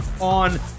on